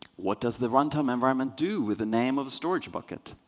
what does the runtime environment do with the name of the storage bucket?